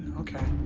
okay.